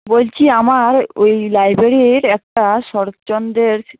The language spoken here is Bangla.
বলছি আমার ওই লাইব্রেরীর একটা শরৎচন্দ্রের